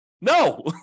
No